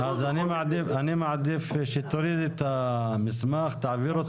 אז אני מעדיף שתוריד את המסמך, תעביר אותו